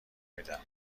میدم